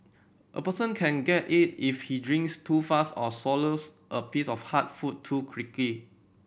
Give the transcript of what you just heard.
a person can get it if he drinks too fast or swallows a piece of hard food too creaky